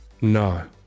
No